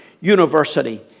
university